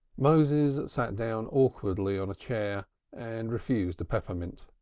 moses sat down awkwardly on a chair and refused a peppermint.